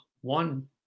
one